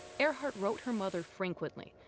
earhart wrote her mother frequently,